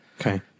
Okay